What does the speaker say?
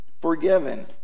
forgiven